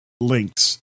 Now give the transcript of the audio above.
links